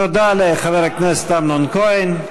תודה לחבר הכנסת אמנון כהן.